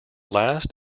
last